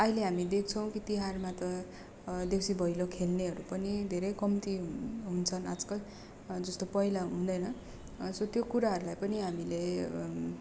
अहिले हामी देख्छौँ कि तिहारमा देउसी भैलो खेल्नहरू पनि धेरै कम्ती हुन्छन् आजकल जस्तो पैला हुँदैन सो त्यो कुराहरलाई पनि हामीले